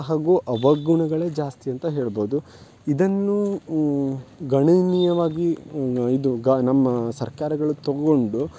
ಹಾಗೂ ಅವಗುಣಗಳೇ ಜಾಸ್ತಿ ಅಂತ ಹೇಳ್ಬೌದು ಇದನ್ನು ಗಣನೀಯವಾಗಿ ಇದು ಗಾ ನಮ್ಮ ಸರ್ಕಾರಗಳು ತಗೊಂಡು